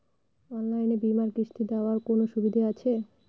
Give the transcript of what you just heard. অনলাইনে বীমার কিস্তি দেওয়ার কোন সুবিধে আছে?